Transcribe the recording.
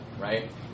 right